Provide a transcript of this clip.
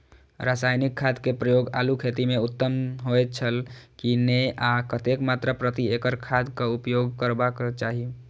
रासायनिक खाद के प्रयोग आलू खेती में उत्तम होय छल की नेय आ कतेक मात्रा प्रति एकड़ खादक उपयोग करबाक चाहि?